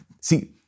See